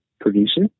producer